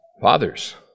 Fathers